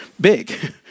big